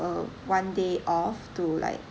a one day off to like